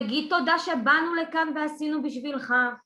תגיד תודה שבאנו לכאן ועשינו בשבילך.